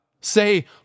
Say